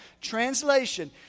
Translation